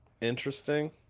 interesting